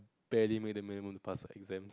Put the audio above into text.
barely make to make a mood to pass the exam